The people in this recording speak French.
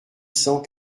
cent